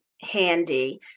handy